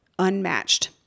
Unmatched